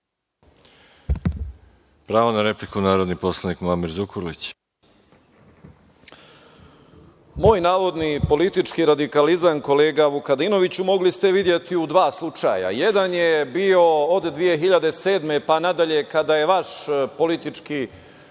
Pravo na repliku, narodni poslanik Muamer Zukorlić. **Muamer Zukorlić** Moj navodni politički radikalizam, kolega Vukadinoviću, mogli ste videti u dva slučaja. Jedan je bio od 2007. godine pa nadalje, kada je vaš politički